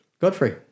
Godfrey